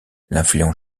l’influence